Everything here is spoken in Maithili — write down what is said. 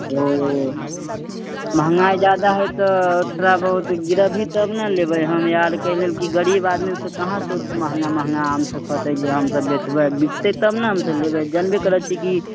ओ महँगाई ज्यादा हइ तऽ थोड़ा बहुत गिरेबही तब ने लेबै हम यार कै लेल कि गरीब आदमी कहाँसँ ओतेक महँगा महँगा आमसभ खेतै जे हमसभ बेचबै बिकतै तब ने हमसभ लेबै जनबे करैत छियै कि